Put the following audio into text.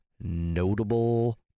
notable